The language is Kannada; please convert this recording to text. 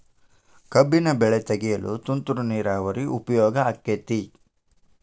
ಕಬ್ಬಿನ ಬೆಳೆ ತೆಗೆಯಲು ತುಂತುರು ನೇರಾವರಿ ಉಪಯೋಗ ಆಕ್ಕೆತ್ತಿ?